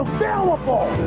Available